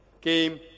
came